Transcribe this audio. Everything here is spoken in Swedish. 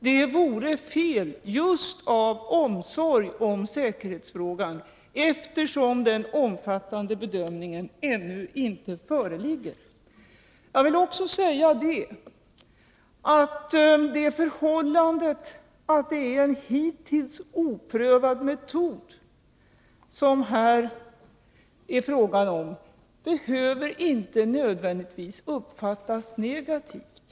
Det vore fel, just av omsorg om säkerhetsfrågan, eftersom den omfattande bedömningen ännu inte föreligger. Jag vill också säga att det förhållandet att det här är fråga om en hittills oprövad metod inte nödvändigtvis behöver uppfattas negativt.